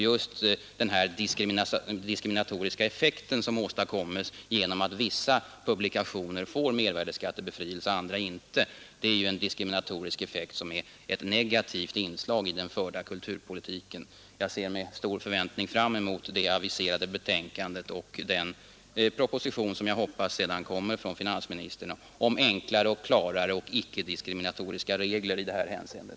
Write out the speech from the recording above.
Just den här diskriminatoriska effekten, som åstadkommes genom att vissa publikationer får mervärdeskattebefrielse och andra inte, är ju ett negativt inslag i den förda kulturpolitiken. Jag ser med stor förväntning fram emot det aviserade betänkandet och den proposition som jag hoppas sedan kommer från finansministern om enklare, klarare och icke diskriminatoriska regler i det här hänseendet.